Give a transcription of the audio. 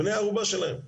בני ערובה שלהם.